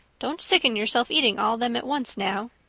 don't sicken yourself eating all them at once now.